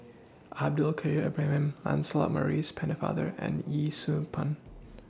Abdul Kadir Ibrahim Lancelot Maurice Pennefather and Yee Siew Pun